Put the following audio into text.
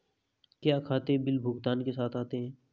क्या खाते बिल भुगतान के साथ आते हैं?